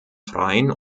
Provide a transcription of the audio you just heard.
freien